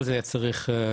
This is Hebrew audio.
כל זה היה צריך אתמול,